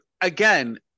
again